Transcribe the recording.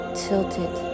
tilted